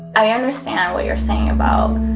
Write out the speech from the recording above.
i understand what you're saying about